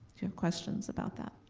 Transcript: do you have questions about that?